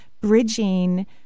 bridging